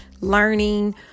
learning